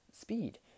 speed